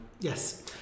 Yes